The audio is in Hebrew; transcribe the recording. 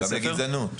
וגם לגזענות.